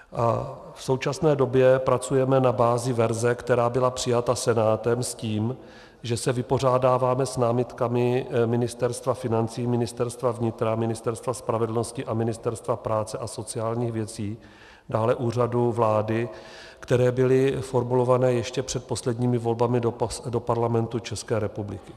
V současné době pracujeme na bázi verze, která byla přijata Senátem, s tím, že se vypořádáváme s námitkami Ministerstva financí, Ministerstva vnitra, Ministerstva spravedlnosti a Ministerstva práce a sociálních věcí, dále Úřadu vlády, které byly formulované ještě před posledními volbami do Parlamentu České republiky.